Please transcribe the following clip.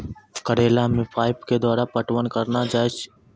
करेला मे पाइप के द्वारा पटवन करना जाए?